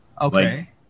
Okay